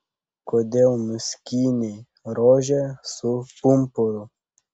kodėl nuskynei rožę su pumpuru